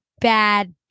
bad